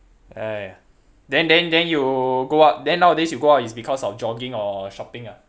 !aiya! then then then you go out then nowadays you go out is because of jogging or shopping ah